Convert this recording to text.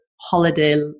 holiday